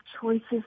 choices